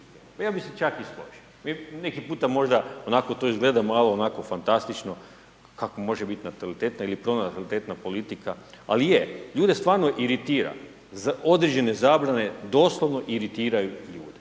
ja bi se čak i složio, vi neki puta možda onako to izgleda malo onako fantastično kao može biti natalitetna ili pronatalitetna politika ali je, ljude stvarno iritira određene zabrane, doslovno iritiraju ljude.